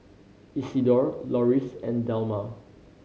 Isidore Loris and Delmar